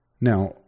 Now